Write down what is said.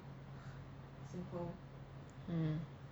hmm